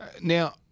Now